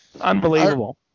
Unbelievable